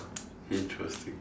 interesting